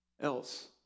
else